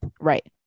right